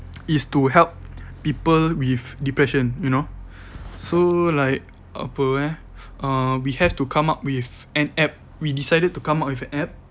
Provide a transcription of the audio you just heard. is to help people with depression you know so like apa eh uh we have to come up with an app we decided to come up with an app